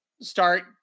start